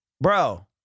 Bro